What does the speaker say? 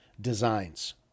designs